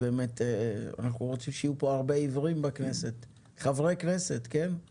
אנחנו רוצים שיהיו בכנסת הרבה עיוורים כחברי כנסת אבל